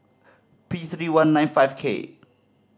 P three one nine five K